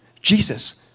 Jesus